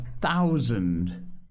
thousand